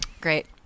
Great